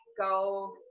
go